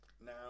now